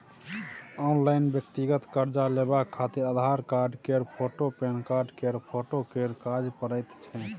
online व्यक्तिगत कर्जा लेबाक खातिर आधार कार्ड केर फोटु, पेनकार्ड केर फोटो केर काज परैत छै